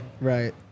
right